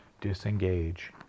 disengage